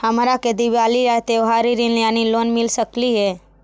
हमरा के दिवाली ला त्योहारी ऋण यानी लोन मिल सकली हे?